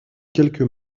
quelques